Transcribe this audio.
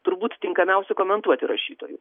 turbūt tinkamiausių komentuoti rašytojų